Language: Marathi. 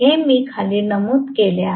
हे मी खाली नमूद केले आहे